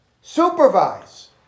supervise